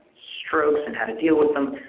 strokes and how to deal with them.